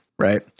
right